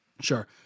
Sure